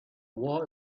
war